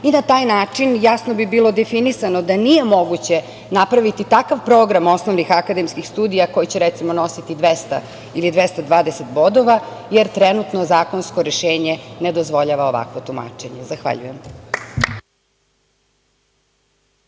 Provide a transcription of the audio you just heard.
i da taj način jasno bi bilo definisano da nije moguće napraviti takav program osnovnih akademskih studija koje će, recimo nositi 200 ili 220 bodova, jer trenutno zakonsko rešenje ne dozvoljava ovakvo tumačenje. Zahvaljujem.